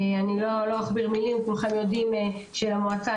אני לא חושב שבידורית זה מערכת הגברה.